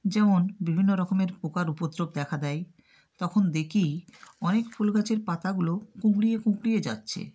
যেমন বিভিন্ন রকমের পোকার উপদ্রব দেখা দেয় তখন দেখি অনেক ফুল গাছের পাতাগুলো কুঁকড়িয়ে কুঁকড়িয়ে যাচ্ছে